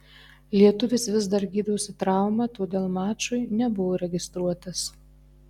lietuvis vis dar gydosi traumą todėl mačui nebuvo registruotas